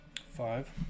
Five